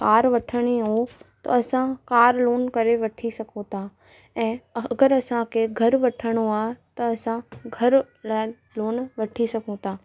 car वठिणी हो त असां कार लोन करे वठी सघूं था ऐं अगरि असांखे घरु वठिणो आहे त असां घर लाइ लोन वठी सघूं था